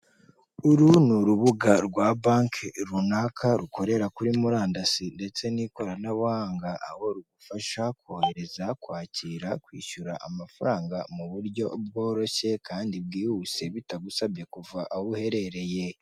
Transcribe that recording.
Uru ni urubuga rwa banki runaka rukorera kuri murandasi ndetse n'ikoranabuhanga, aho rugufasha kohereza, kwakira, kwishyura amafaranga mu buryo bworoshye kandi bwihuse, bitagusabye kuva aho uherereye.